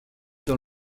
dans